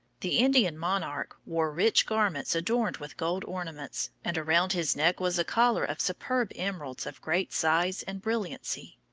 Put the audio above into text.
the indian monarch wore rich garments adorned with gold ornaments, and around his neck was a collar of superb emeralds of great size and brilliancy.